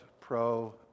pro